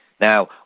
Now